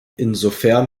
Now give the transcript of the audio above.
insofern